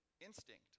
instinct